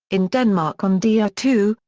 in denmark on d r two,